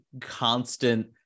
constant